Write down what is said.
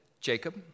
Jacob